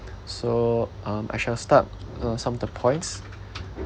so um I shall start uh some of the points